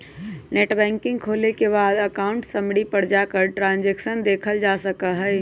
net banking खोले के बाद अकाउंट समरी पर जाकर ट्रांसैक्शन देखलजा सका हई